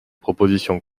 propositions